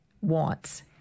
wants